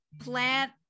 plant